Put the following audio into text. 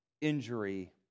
injury